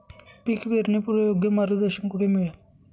पीक पेरणीपूर्व योग्य मार्गदर्शन कुठे मिळेल?